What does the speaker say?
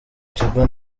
kigo